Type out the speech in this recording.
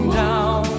down